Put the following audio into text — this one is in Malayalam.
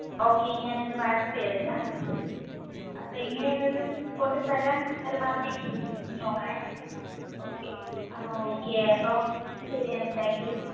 ഓക്കെ ഞാൻ ഇത് വാട്ട്സാപ്പ് ചെയ്തേക്കാം അപ്പം എങ്ങനെ ആയിരുന്നാലും കൊണ്ടുതരാൻ പരമാവധി നോക്കണേ ഓക്കെ ആ ഓക്കെ അപ്പോൾ ശരി എന്നാൽ താങ്ക്യു